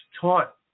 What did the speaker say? taught